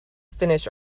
finish